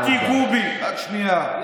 "אל תיגעו בי" רק שנייה,